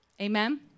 Amen